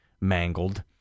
mangled